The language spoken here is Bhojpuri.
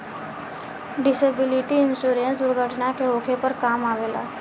डिसेबिलिटी इंश्योरेंस दुर्घटना के होखे पर काम अवेला